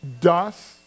dust